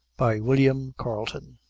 by william carleton